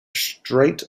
straight